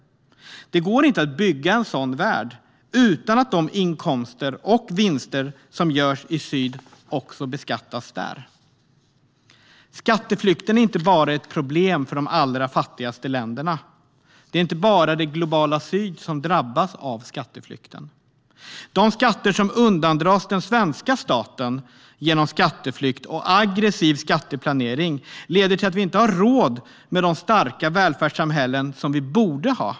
Det går inte att bygga en sådan värld utan att de inkomster och vinster som görs i syd också beskattas där. Skatteflykten är inte ett problem bara för de allra fattigaste länderna. Det är inte bara det globala syd som drabbas av skatteflykten. De skatter som undandras den svenska staten genom skatteflykt och aggressiv skatteplanering leder till att vi inte har råd med det starka välfärdssamhälle vi borde ha.